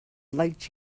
liked